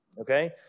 Okay